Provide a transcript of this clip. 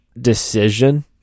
decision